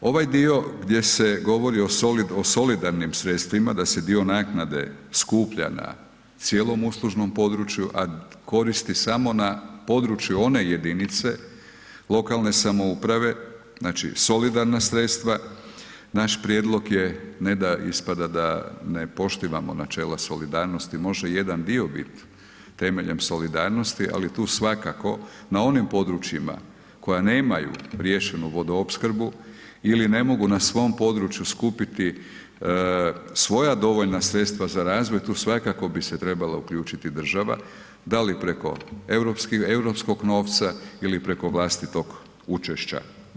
Ovaj dio gdje se govori o solidarnim sredstvima, da se dio nakade skuplja na cijelom uslužnom području, a koristi samo na području one jedinice lokalne samouprave, znači solidarna sredstva, naš prijedlog je ne da ispada da ne poštivamo načela solidarnosti, može jedan dio bit temeljem solidarnosti ali tu svakako na onim područjima koja nemaju rješenju vodoopskrbu ili ne mogu na svom području skupiti svoja dovoljna sredstva za razvoj tu svakako bi se trebala uključiti država, dali preko europskog novca ili preko vlastitog učešća.